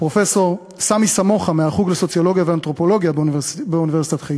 ופרופסור סמי סמוחה מהחוג לסוציולוגיה ואנתרופולוגיה באוניברסיטת חיפה.